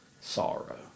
sorrow